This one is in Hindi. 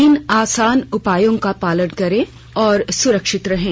तीन आसान उपायों का पालन करें और सुरक्षित रहें